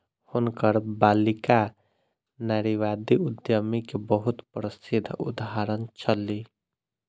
हुनकर बालिका नारीवादी उद्यमी के बहुत प्रसिद्ध उदाहरण छली